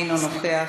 אינו נוכח.